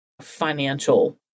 financial